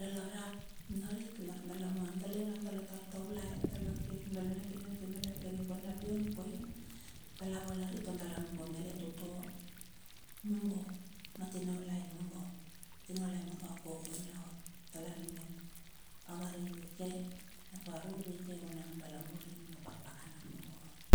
dala rap. Narit lar dala ma dala ionge dala tar taulai ap dala ke, nundala na a kine na tinaulai kir i koina ap na iong i koina dala valari, tor dala mombo malet utua mungo ma tinaulai mungo, tinaula mungo a kokoina ot. Dala re mep a variru i ke, hap a aruru i ke vunang me iong na pakapakana mungo.